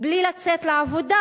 בלי לצאת לעבודה.